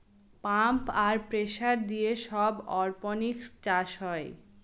pump আর pressure দিয়ে সব অরপনিক্স চাষ হয়